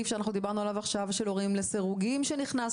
שאנחנו דיברנו עליו עכשיו של הורים לסירוגין שנכנס,